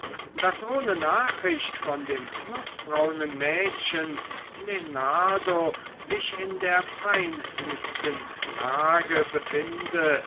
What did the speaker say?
daß ohne nachricht von dem nußbraunen mädchen lenardo sich in der peinlichsten lage befinde